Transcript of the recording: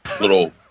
little